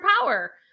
power